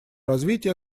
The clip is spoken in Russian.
развития